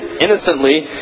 innocently